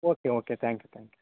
okay okay thank you thank you